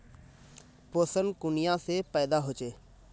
पोषण कुनियाँ से पैदा होचे?